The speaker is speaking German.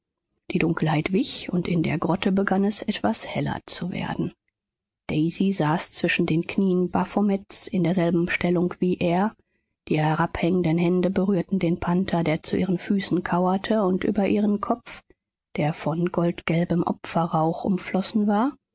die dunkelheit wich und in der grotte begann es etwas heller zu werden daisy saß zwischen den knien baphomets in derselben stellung wie er die herabhängenden hände berührten den panther der zu ihren füßen kauerte und über ihren kopf der von goldgelbem opferrauch umflossen war